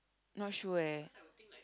not sure eh